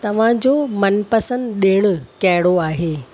तव्हां जो मन पसंद ॾिणु कहिड़ो आहे